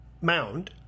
mound